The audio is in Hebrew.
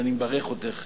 ואני מברך אותך